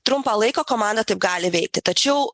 trumpą laiko komanda taip gali veikti tačiau